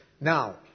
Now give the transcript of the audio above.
Now